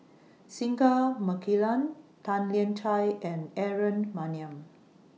Singai Mukilan Tan Lian Chye and Aaron Maniam